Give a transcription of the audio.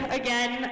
again